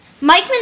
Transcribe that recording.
Mike